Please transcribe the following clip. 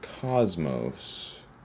Cosmos